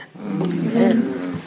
Amen